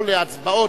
להצבעות.